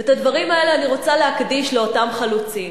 ואת הדברים האלה אני רוצה להקדיש לאותם חלוצים,